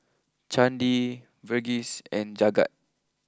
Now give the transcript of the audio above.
Chandi Verghese and Jagat